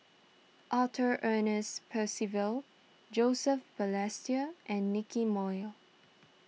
Arthur Ernest Percival Joseph Balestier and Nicky Moey